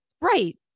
right